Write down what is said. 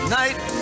night